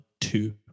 two